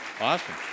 Awesome